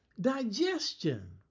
digestion